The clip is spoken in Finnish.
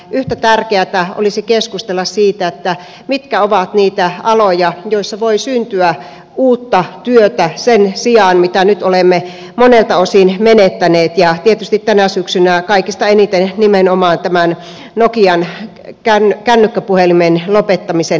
yhtä tärkeätä olisi keskustella siitä mitkä ovat niitä aloja joilla voi syntyä uutta työtä sen sijaan mitä nyt olemme monelta osin menettäneet ja tietysti tänä syksynä kaikista eniten nimenomaan tämän nokian kännykkäpuhelintuotannon lopettamisen myötä